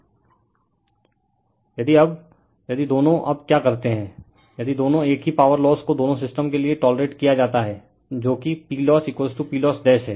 refer slide time 2523 यदि अब यदि दोनों अब क्या करते हैं यदि दोनों एक ही पॉवर लोस को दोनों सिस्टम के लिए टोलरेट किया जाता है जो कि PLossPLossहै